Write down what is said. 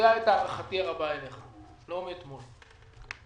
הערכתי הרבה אליך לא מאתמול,